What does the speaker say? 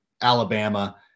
Alabama